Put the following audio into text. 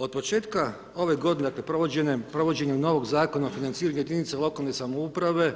Od početka ove g. provođenjem novog Zakon o financiranju jedinice lokalne samouprave,